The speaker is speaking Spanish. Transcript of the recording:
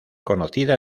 conocida